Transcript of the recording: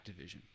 Activision